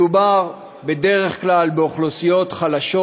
בדרך כלל מדובר באוכלוסיות חלשות